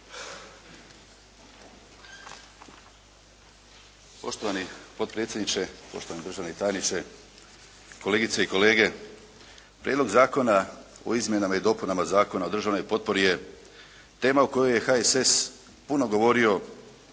Poštovani potpredsjedniče, poštovani državni tajniče, kolegice i kolege. Prijedlog zakona o izmjenama i dopunama Zakona o državnoj potpori je tema o kojoj je HSS puno govorio